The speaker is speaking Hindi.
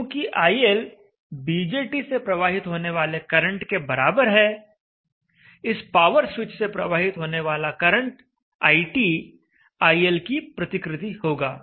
चूँकि iL बीजेटी से प्रवाहित होने वाले करंट के बराबर है इस पावर स्विच से प्रवाहित होने वाला करंट iT iL की प्रतिकृति होगा